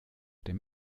dem